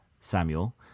Samuel